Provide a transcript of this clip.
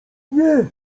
nie